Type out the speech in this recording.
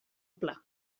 pla